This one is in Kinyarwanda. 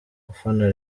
ufana